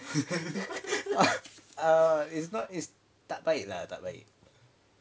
err it's not it's tak baik lah tak baik